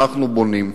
אנחנו בונים.